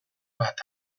bat